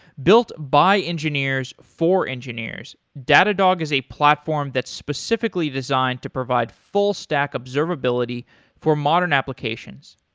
built by engineers, for engineers, datadog is a platform that's specifically designed to provide full stack observability for modern applications.